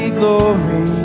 glory